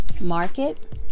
market